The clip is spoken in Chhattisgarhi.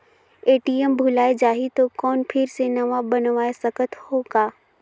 ए.टी.एम भुलाये जाही तो कौन फिर से नवा बनवाय सकत हो का?